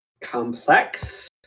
complex